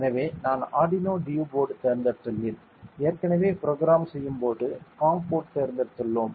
எனவே நான் Arduino due board தேர்ந்தெடுத்துள்ளேன் ஏற்கனவே ப்ரோக்ராம் செய்யும்பொழுது காம்ப் போர்ட் தேர்ந்தெடுத்துள்ளோம்